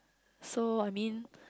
so I mean